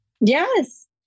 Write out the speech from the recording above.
Yes